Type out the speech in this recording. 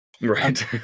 right